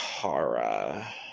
Kara